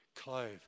clove